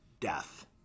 death